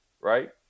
right